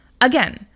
Again